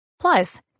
Plus